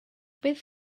bydd